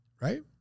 Right